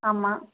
ஆமாம்